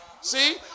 See